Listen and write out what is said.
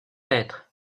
être